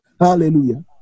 Hallelujah